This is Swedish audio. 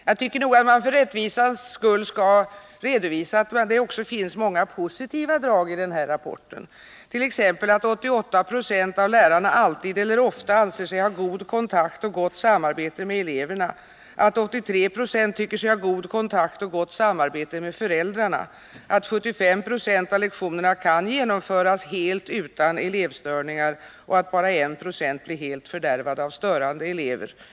Jag tycker nog att man för rättvisans skull skall redovisa att det också finns många positiva drag i den här rapporten, t.ex. att 88 96 av lärarna alltid eller ofta anser sig ha god kontakt och gott samarbete med eleverna, att 83 96 tycker sig ha god kontakt och gott samarbete med föräldrarna, att 75 96 av lektionerna kan genomföras helt utan elevstörningar och att bara 1 96 blir helt fördärvade av störande elever.